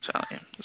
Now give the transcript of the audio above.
italian